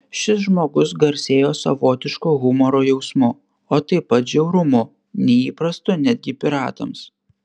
šis žmogus garsėjo savotišku humoro jausmu o taip pat žiaurumu neįprastu netgi piratams